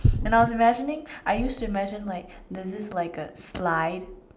and I was imagining I used to imagine like there's this like a slide